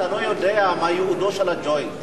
אתה לא יודע מה ייעודו של ה"ג'וינט".